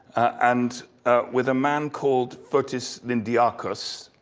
and with a man called fotis lindiakos,